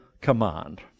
command